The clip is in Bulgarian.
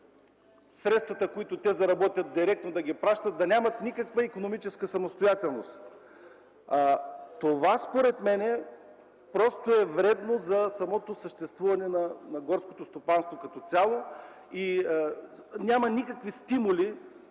средствата, които те заработят, директно да ги пращат, да нямат никаква икономическа самостоятелност. Според мен, това просто е вредно за самото съществуване на горското стопанство като цяло и нямат никакви стимули